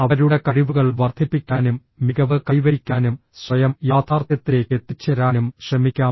അവരുടെ കഴിവുകൾ വർദ്ധിപ്പിക്കാനും മികവ് കൈവരിക്കാനും സ്വയം യാഥാർത്ഥ്യത്തിലേക്ക് എത്തിച്ചേരാനും ശ്രമിക്കാം